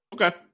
okay